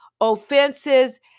offenses